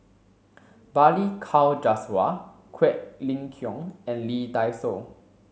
Balli Kaur Jaswal Quek Ling Kiong and Lee Dai Soh